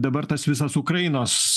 dabar tas visas ukrainos